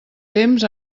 temps